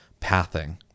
pathing